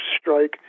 strike